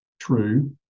true